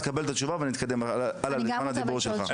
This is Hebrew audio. תקבל את התשובה ונתקדם הלאה לזמן הדיבור שלך.